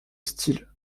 style